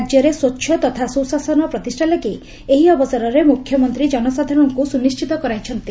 ରାଜ୍ୟରେ ସ୍ୱଚ୍ଛ ତଥା ସୁଶାସନ ପ୍ରତିଷା ଲାଗି ଏହି ଅବସରରେ ମୁଖ୍ୟମନ୍ତ୍ରୀ ଜନସାଧାରଣଙ୍କୁ ସୁନିଶ୍ଚିତ କରିଛନ୍ତି